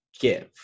give